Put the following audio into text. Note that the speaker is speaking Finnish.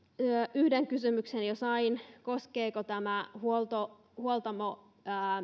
yhden kysymyksen jo sain koskeeko tämä huoltamoita